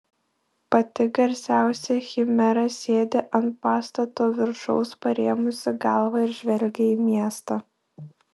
pati garsiausia chimera sėdi ant pastato viršaus parėmusi galvą ir žvelgia į miestą